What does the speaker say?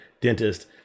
dentist